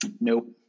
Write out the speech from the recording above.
Nope